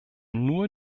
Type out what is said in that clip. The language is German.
nur